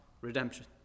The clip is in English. redemption